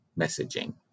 messaging